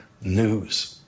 news